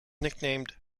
nicknamed